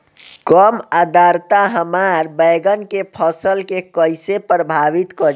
कम आद्रता हमार बैगन के फसल के कइसे प्रभावित करी?